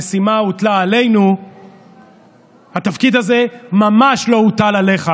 הממשלה הוטלה עלינו, התפקיד הזה ממש לא הוטל עליך,